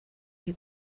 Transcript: had